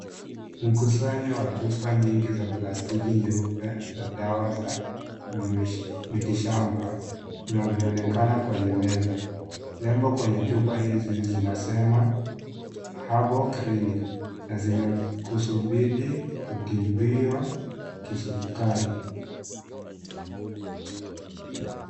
Mkusanyo wa chupa nyingi za plastiki nyeupe za dawa za mitishamba unavyoonekana kwenye meza nembo kwenye chupa hizi zinasema Herbal Clinic na zimekusudi kutibiwa kisukari.